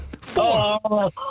Four